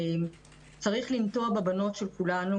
צריך לטעת בבנות של כולנו